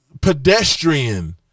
pedestrian